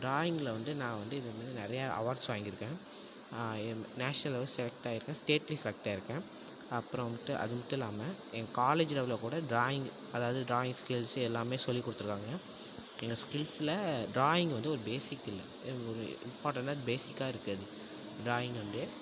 ட்ராயிங்கில் வந்து நான் வந்து இந்த மாதிரி நிறையா அவார்ட்ஸ் வாங்கியிருக்கேன் என் நேஷ்னல் லெவலில் செலக்ட் ஆகிருக்கேன் ஸ்டேட்லியும் செலக்ட் ஆகிருக்கேன் அப்புறம் வந்துட்டு அது மட்டும் இல்லாமல் எங்கள் காலேஜ் லெவலில் கூட ட்ராயிங் அதாவது ட்ராயிங் ஸ்கில்ஸு எல்லாமே சொல்லிக் கொடுத்துருக்காங்க எங்கள் ஸ்கில்ஸில் ட்ராயிங் வந்து ஒரு பேசிக் இல்லை ஒரு இம்பார்ட்டன் அண்ட் பேசிக்காக இருக்குது அது ட்ராயிங் வந்து